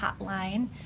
hotline